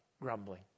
grumbling